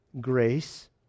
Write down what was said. grace